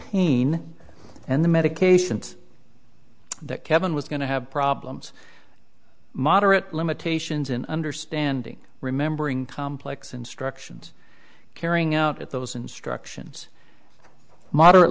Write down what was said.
pain and the medications that kevin was going to have problems moderate limitations in understanding remembering complex instructions carrying out at those instructions moderate